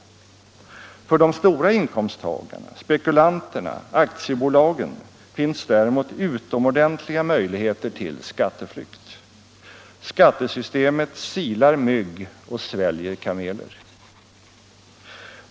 För de stora inkomsttagarna, spekulanterna, aktiebolagen, finns däremot utomordentliga möjligheter till skatteflykt. Skattesystemet silar mygg och sväljer kameler.